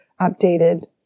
updated